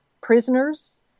Prisoners